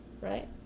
right